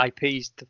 IPs